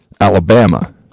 Alabama